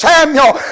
Samuel